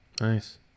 Nice